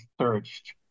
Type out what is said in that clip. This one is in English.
searched